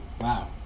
wow